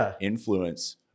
influence